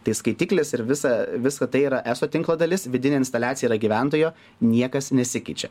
tai skaitiklis ir visa visa tai yra eso tinklo dalis vidinė instaliacija yra gyventojo niekas nesikeičia